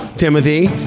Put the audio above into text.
timothy